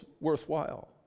worthwhile